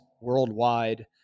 worldwide